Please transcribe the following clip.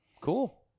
cool